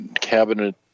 cabinet